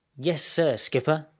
yes, sir, skipper!